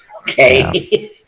Okay